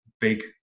big